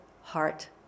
heart